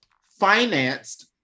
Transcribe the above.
financed